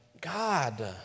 God